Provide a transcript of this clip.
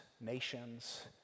nations